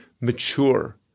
mature